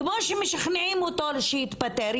כמו שמשכנעים אותו להתפטר,